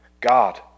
God